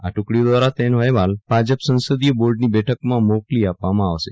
આ ટૂકડીઓ દ્વારા તેનો અહેવાલ ભાજપ સંસદીય બોર્ડની બેઠકમાં મોકલી આપવામાં આવશે